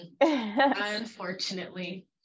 Unfortunately